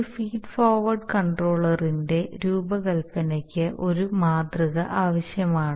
ഒരു feed forward കൺട്രോളറിന്റെ രൂപകൽപ്പനയ്ക്ക് ഒരു മാതൃക ആവശ്യമാണ്